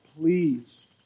Please